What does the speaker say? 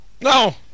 No